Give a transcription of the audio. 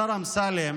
השר אמסלם,